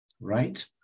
right